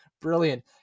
brilliant